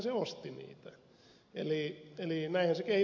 eli näinhän se kehitys meni